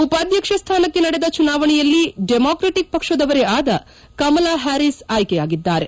ಉಪಾಧ್ಯಕ್ಷ ಸ್ಥಾನಕ್ಕೆ ನಡೆದ ಚುನಾವಣೆಯಲ್ಲಿ ಡೆಮಾಕ್ರೆಟಿಕ್ ಪಕ್ಷದವರೇ ಆದ ಕಮಲಾ ಪ್ಯಾರೀಸ್ ಆಯ್ಕೆಯಾಗಿದ್ದಾರೆ